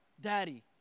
Daddy